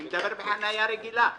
אני מדבר על חניה רגילה כרגע,